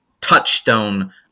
touchstone